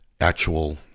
actual